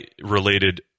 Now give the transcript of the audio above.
related